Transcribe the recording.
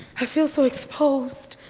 i feel so exposed.